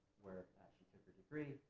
where she took her degree,